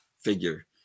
figure